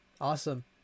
Awesome